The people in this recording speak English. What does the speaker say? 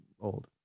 old